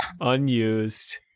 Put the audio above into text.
unused